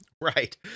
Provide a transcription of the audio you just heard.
Right